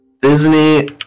Disney